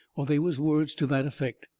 or they was words to that effect.